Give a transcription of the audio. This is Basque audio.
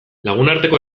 lagunarteko